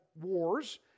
wars